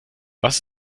was